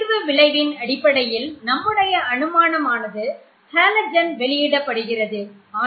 அதிர்வு விளைவின் அடிப்படையில் நம்முடைய அனுமானம் ஆனது ஹேலஜன் வெளியிடப்படுகிறது என்பதாகும்